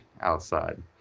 outside